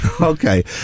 Okay